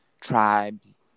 tribes